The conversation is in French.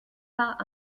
pas